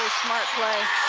smart play